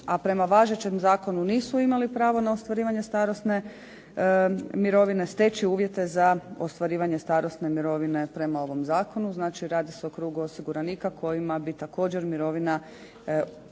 a prema važećem zakonu nisu imali pravo na ostvarivanje starosne mirovine steći uvjete za ostvarivanje starosne mirovine prema ovom zakonu. Znači, radi se o krugu osiguranika kojima bi također mirovina bila